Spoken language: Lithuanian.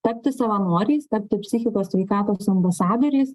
tapti savanoriais tapti psichikos sveikatos ambasadoriais